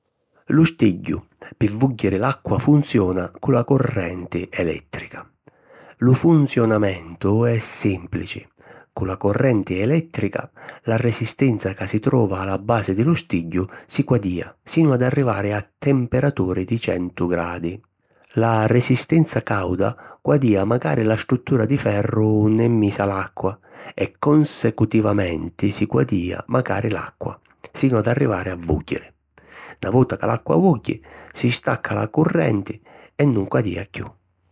Lu stigghiu pi vùgghiri l’acqua funziona cu la currenti elèttrica. Lu funzionamentu è sìmplici: cu la currenti elèttrica, la resistenza ca si trova a la basi di lu stigghiu, si quadìa sinu ad arrivari a temperaturi di centu gradi. La resistenza càuda quadìa macari la struttura di ferru unni è misa l’acqua e consecutivamenti si quadìa macari l’acqua sinu ad arrivari a vùgghiri. Na vota ca l’acqua vugghi, si stacca la currenti e nun quadìa chiù.